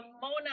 Mona